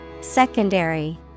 Secondary